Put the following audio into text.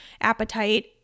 appetite